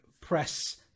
press